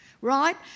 right